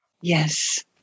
Yes